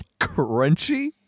Crunchy